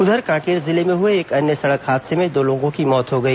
उधर कांकेर जिले में हुए एक अन्य सड़क हादसे में दो लोगों की मौत हो गई